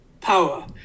power